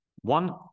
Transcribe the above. One